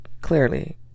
clearly